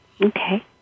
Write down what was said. Okay